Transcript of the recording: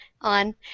on